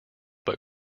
but